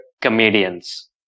comedians